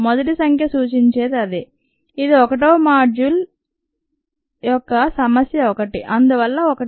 మొదటి సంఖ్య సూచించే ది అదే ఇది 1 వ మాడ్యూల్ 1 యొక్క సమస్య 1 అందువల్ల 1